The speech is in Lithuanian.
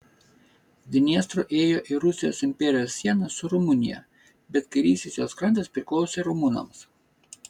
dniestru ėjo ir rusijos imperijos siena su rumunija bet kairysis jos krantas priklausė rumunams